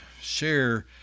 share